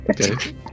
Okay